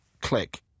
click